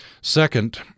Second